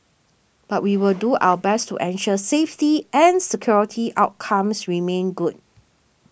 but we will do our best to ensure safety and security outcomes remain good